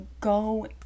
go